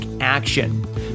action